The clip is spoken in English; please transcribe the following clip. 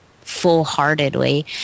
full-heartedly